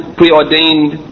preordained